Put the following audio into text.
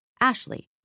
Ashley